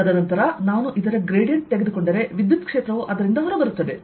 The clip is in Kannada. ತದನಂತರ ನಾನು ಇದರ ಗ್ರೇಡಿಯಂಟ್ ತೆಗೆದುಕೊಂಡರೆ ವಿದ್ಯುತ್ಕ್ಷೇತ್ರವು ಅದರಿಂದ ಹೊರಬರುತ್ತದೆ